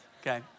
Okay